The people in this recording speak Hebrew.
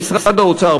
במשרד האוצר,